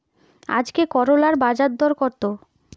আজকে করলার বাজারদর কত?